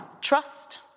trust